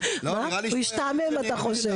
שמירה על צנעת הפרט,